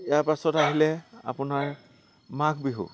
ইয়াৰ পাছত আহিলে আপোনাৰ মাঘ বিহু